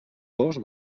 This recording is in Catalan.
gos